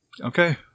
Okay